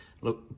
Look